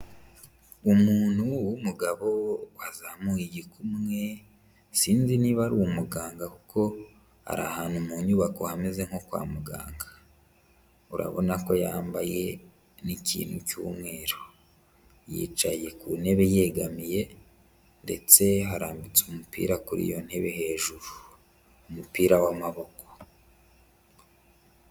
Umuntu w'umugabo wazamuye igikumwe sinzi niba ari umuganga kuko ari ahantu mu nyubako hameze nko kwa muganga, urabona ko yambaye n'ikintu cy'umweru. Yicaye ku ntebe yegamiye ndetse harambitse umupira kuri iyo ntebe hejuru, umupira w'amaboko.